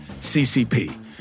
ccp